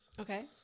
Okay